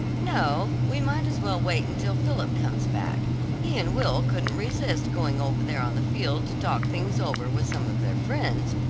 no, we might as well wait until philip comes back he and will couldn't resist going over there on the field to talk things over with some of their friends,